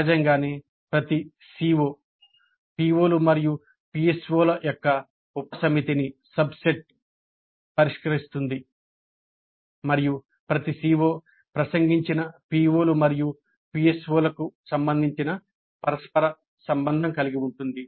సహజంగానే ప్రతి CO PO లు మరియు PSO ల యొక్క ఉపసమితిని పరిష్కరిస్తుంది మరియు ప్రతి CO ప్రసంగించిన PO లు మరియు PSO లకు సంబంధించిన పరస్పర సంబంధం కలిగి ఉంటుంది